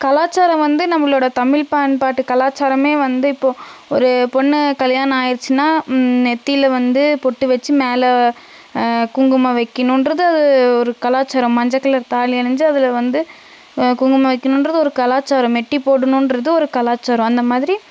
கலாச்சாரம் வந்து நம்மளோட தமிழ் பண்பாட்டு கலாச்சாரமே வந்து இப்போது ஒரு பொண்ணை கல்யாணம் ஆயிருச்சின்னால் நெத்தியில வந்து பொட்டு வச்சு மேலே குங்குமம் வைக்கணுன்றது அது ஒரு கலாச்சாரம் மஞ்சள் கலர் தாலி அணிந்து அதில் வந்து குங்குமம் வைக்கணுன்றது ஒரு கலாச்சாரம் மெட்டி போடணுன்றது ஒரு கலாச்சாரம் அந்த மாதிரி